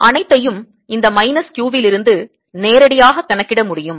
அனைத்தையும் இந்த minus q இலிருந்து நேரடியாக கணக்கிட முடியும்